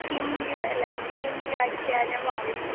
किं व्या ल किं व्याख्यानं आवश्यकम्